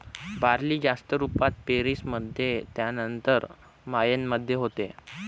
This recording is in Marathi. बार्ली जास्त रुपात पेरीस मध्ये त्यानंतर मायेन मध्ये होते